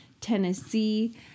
Tennessee